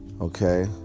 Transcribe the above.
Okay